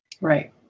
Right